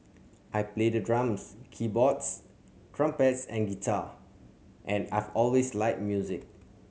I play the drums keyboards trumpets and guitar and I've always liked music